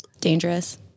Dangerous